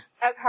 Okay